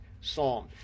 psalm